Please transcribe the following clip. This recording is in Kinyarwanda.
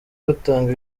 batanga